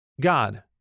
God